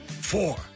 four